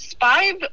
five